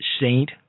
Saint